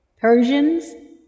Persians